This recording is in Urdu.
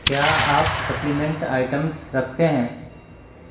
کیا آپ سپلیمنٹ آئٹمز رکھتے ہیں